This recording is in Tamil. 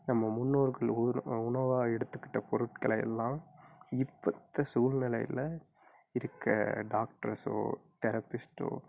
நம்ம முன்னோர்கள் உணவாக எடுத்துக்கிட்ட பொருட்களை எல்லாம் இப்போ இந்த சூல்நிலையில இருக்க டாக்ட்ரஸோ தெரபிஸ்ட்டோ